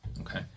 Okay